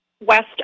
west